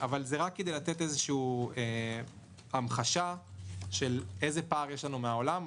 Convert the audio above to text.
זה רק כדי לתת המחשה של איזה פער יש לנו מהעולם.